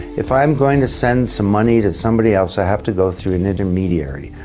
if i'm going to send some money to somebody else i have to go through an intermediary,